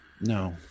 No